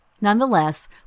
Nonetheless